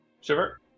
Shiver